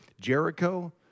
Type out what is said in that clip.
Jericho